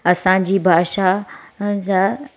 असांजी भाषा जा